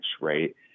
right